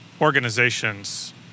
organizations